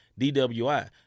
DWI